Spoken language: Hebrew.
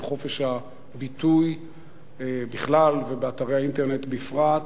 חופש הביטוי בכלל ובאתרי האינטרנט בפרט,